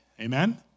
amen